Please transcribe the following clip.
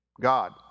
God